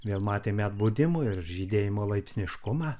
vėl matėme atbudimo ir žydėjimo laipsniškumą